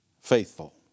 faithful